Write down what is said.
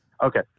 Okay